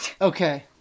Okay